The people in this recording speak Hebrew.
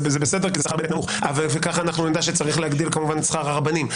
כי זה שכר באמת נמוך וכך נדע שצריך להגדיל כמובן את שכר הרבנים.